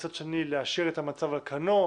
מצד שני להשאיר את המצב על כנו.